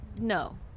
No